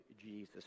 Jesus